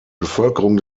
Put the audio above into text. bevölkerung